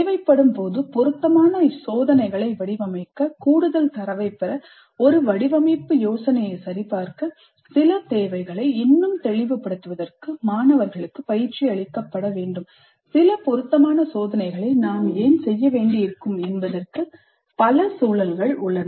தேவைப்படும் போது பொருத்தமான சோதனைகளை வடிவமைக்க கூடுதல் தரவைப் பெற ஒரு வடிவமைப்பு யோசனையை சரிபார்க்க சில தேவைகளை இன்னும் தெளிவுபடுத்துவதற்கு மாணவர்களுக்கு பயிற்சியளிக்கப்பட வேண்டும் சில பொருத்தமான சோதனைகளை நாம் ஏன் செய்ய வேண்டியிருக்கும் என்பதற்கு பல சூழல்கள் உள்ளன